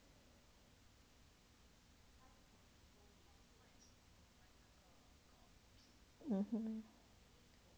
(uh huh)